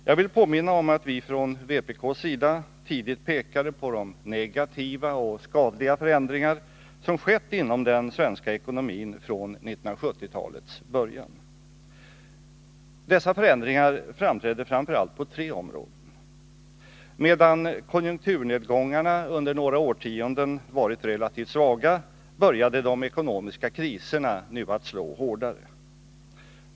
Jag vill påminna om att vi från vpk:s sida tidigt pekade på de negativa och skadliga förändringar som skett inom den svenska ekonomin från 1970-talets början. Dessa förändringar framträdde framför allt på tre områden. Medan konjunkturnedgångarna under några årtionden varit relativt svaga började de ekonomiska kriserna nu att slå hårdare.